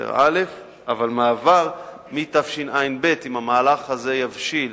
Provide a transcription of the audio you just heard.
בסמסטר א'; אבל מעבר מתשע"ב, אם המהלך הזה יבשיל